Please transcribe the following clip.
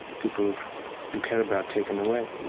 people you care about taken away.